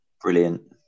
Brilliant